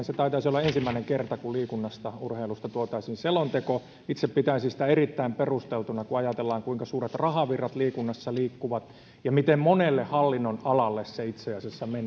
se taitaisi olla ensimmäinen kerta kun liikunnasta urheilusta tuotaisiin selonteko itse pitäisin sitä erittäin perusteltuna kun ajatellaan kuinka suuret rahavirrat liikunnassa liikkuvat ja miten monelle hallinnonalalle se itse asiassa menee